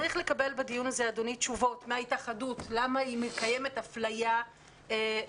צריך לקבל בדיון הזה תשובות מההתאחדות למה היא מקבלת הפליה פעילה.